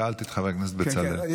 שאלתי את חבר הכנסת בצלאל.